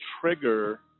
trigger